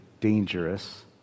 dangerous